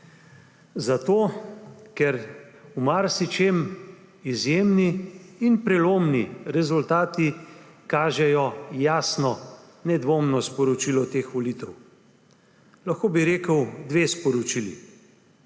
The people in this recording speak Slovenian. Zato ker v marsičem izjemni in prelomni rezultati kažejo jasno, nedvomno sporočilo teh volitev. Lahko bi rekel dve sporočili.